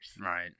Right